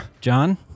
John